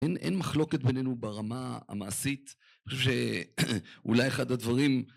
אין מחלוקת בינינו ברמה המעשית אני חושב שאולי אחד הדברים